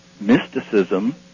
Mysticism